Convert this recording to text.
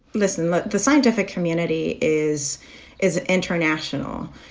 listen. the scientific community is is international.